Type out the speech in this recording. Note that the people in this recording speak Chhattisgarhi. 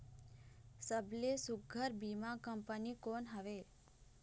सबले सुघ्घर बीमा कंपनी कोन हवे?